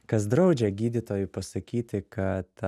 kas draudžia gydytojui pasakyti kad